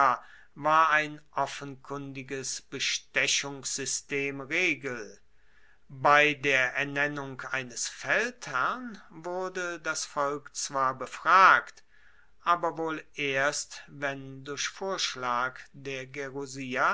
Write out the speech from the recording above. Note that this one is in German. war ein offenkundiges bestechungssystem regel bei der ernennung eines feldherrn wurde das volk zwar befragt aber wohl erst wenn durch vorschlag der